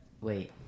wait